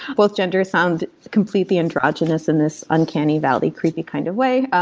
both gender sound completely and heterogeneous in this uncanny valley creepy kind of way.